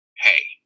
hey